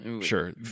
Sure